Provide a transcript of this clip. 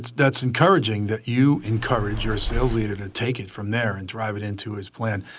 that's encouraging. that you encourage your sales leader to take it from there, and drive it into his plan.